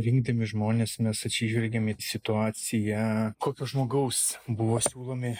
rinkdami žmones mes atsižvelgėm į situaciją kokio žmogaus buvo siūlomi